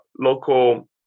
local